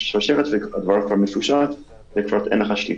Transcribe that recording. תהיה שרשרת, זה יהיה כבר מפושט וכבר אין לך שליטה.